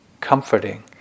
comforting